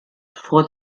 vor